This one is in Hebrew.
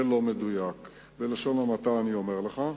זה לא מדויק בלשון המעטה, אני אומר לך.